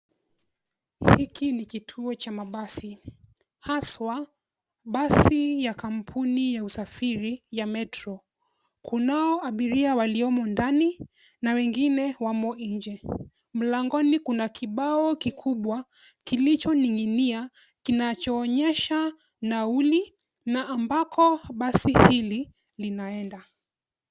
Hiki ni kituo cha mabasi, haswa basi ya kampuni ya usafiri ya Metro. Kunao abiria waliomo ndani na wengine wamo nje. Mlangoni kuna kibao kikubwa kilichoning'inia kinachoonyesha nauli na ambako basi hili linaenda.